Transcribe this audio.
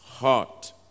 heart